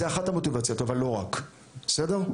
זאת אחת המוטיבציות, אבל לא רק, בסדר?